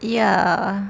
ya